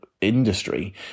industry